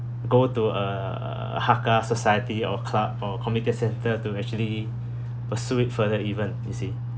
go to uh a hakka society or club or comiket~ community centre to actually pursue it further even you see